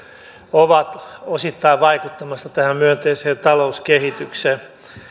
ovat osittain vaikuttamassa tähän myönteiseen talouskehitykseen